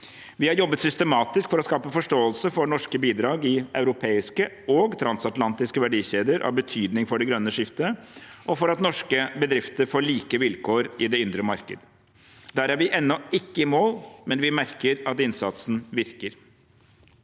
Vi har jobbet systematisk for å skape forståelse for norske bidrag i europeiske og transatlantiske verdikjeder av betydning for det grønne skiftet, og for at norske bedrifter får like vilkår i det indre markedet. Der er vi ennå ikke i mål, men vi merker at innsatsen virker.